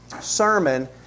sermon